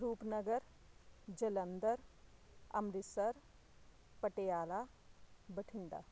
Rupnagar Jalandhar Amritsar Patiala Bathinda